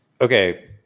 Okay